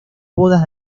bodas